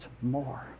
more